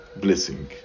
blessing